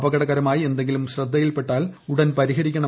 അപകടകരമായി എന്തെങ്കിലും ശ്രദ്ധയിൽപ്പെട്ടാൽ ഉടൻ പരിഹരിക്കണം